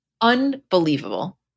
Unbelievable